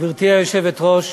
גברתי היושבת-ראש,